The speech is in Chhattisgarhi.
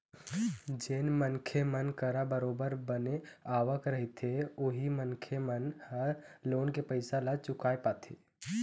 जेन मनखे मन करा बरोबर बने आवक रहिथे उही मनखे मन ह लोन के पइसा ल चुकाय पाथे